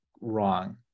wrong